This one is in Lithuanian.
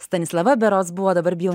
stanislava berods buvo dabar bijau